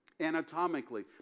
anatomically